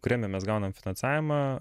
kuriame mes gaunam finansavimą